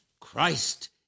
Christ